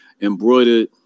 Embroidered